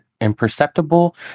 imperceptible